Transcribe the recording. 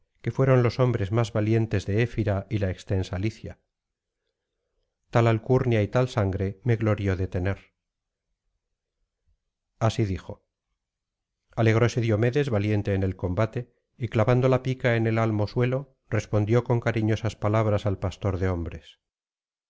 que fueron los hombres más valientes de efira y la extensa licia tal alcurnia y tal sangre me glorío de tener así dijo alegróse diomedes valiente en el combate y clavando la pica en el almo suelo respondió con cariñosas palabras al pastor de hombres